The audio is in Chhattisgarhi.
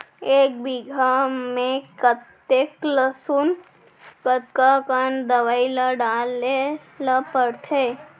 एक बीघा में कतेक लहसुन कतका कन दवई ल डाले ल पड़थे?